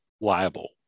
liable